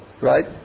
Right